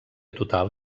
total